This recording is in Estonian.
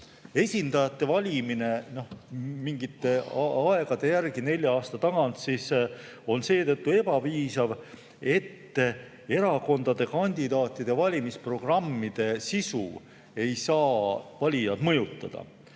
Esindajate valimine mingi aja järel, nelja aasta tagant siis, on ebapiisav seetõttu, et erakondade kandidaatide valimisprogrammide sisu ei saa valijad mõjutada